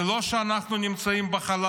זה לא שאנחנו נמצאים בחלל.